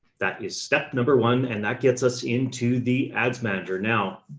that is step number one. and that gets us into the ads manager. now,